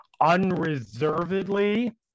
unreservedly